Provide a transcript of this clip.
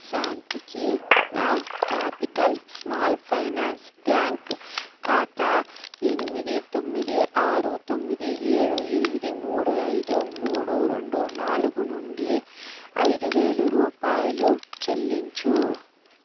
శాంతికి నా capital small finance bank ఖాతా ఎనిమిది తొమ్మిది ఆరు తొమ్మిది ఏడు ఎనిమిది మూడు ఐదు మూడు రెండు నాలుగు నుండి ఐదు వేలు రూపాయలు చెల్లించు